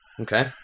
Okay